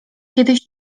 kiedyś